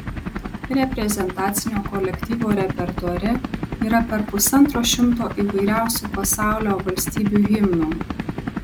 reprezentacinio kolektyvo repertuare yra per pusantro šimto įvairiausių pasaulio valstybių himnų